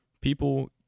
people